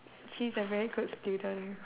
she's a very good student